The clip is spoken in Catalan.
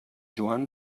joan